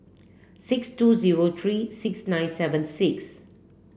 six two zero three six nine seven six